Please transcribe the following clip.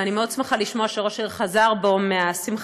ואני מאוד שמחה לשמוע שראש העיר חזר בו מהשמחה